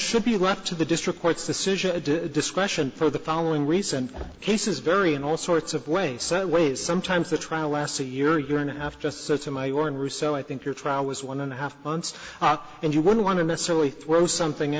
should be left to the district court's decision discretion for the following recent cases vary in all sorts of ways sideways sometimes the trial last a year year and a half just so to my or and roussel i think your trial was one and a half months and you want to necessarily throw something